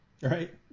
Right